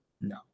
no